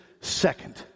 second